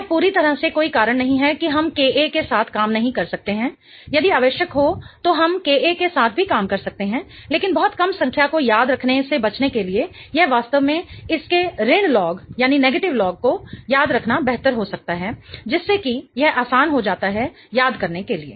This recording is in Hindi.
यह पूरी तरह से कोई कारण नहीं है कि हम Ka के साथ काम नहीं कर सकते हैं यदि आवश्यक हो तो हम Ka के साथ भी काम कर सकते हैं लेकिन बहुत कम संख्या को याद रखने से बचने के लिए यह वास्तव में इसके ऋण लॉग को याद रखना बेहतर हो सकता है जिससे कि यह आसान हो जाता है याद करने के लिए